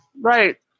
Right